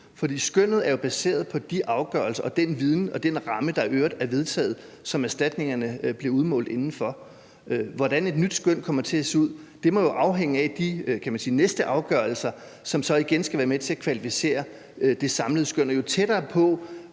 for skønnet er jo baseret på de afgørelser, den viden og den ramme, der i øvrigt er vedtaget, og som erstatningerne blev udmålt inden for. Hvordan et nyt skøn kommer til at se ud, må jo afhænge af de næste afgørelser, som så igen skal være med til at kvalificere det samlede skøn. Og jo tættere vi